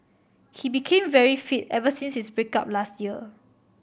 he became very fit ever since his break up last year